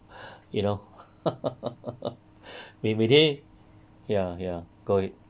you know 每每天 ya ya go ahead